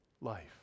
life